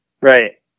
Right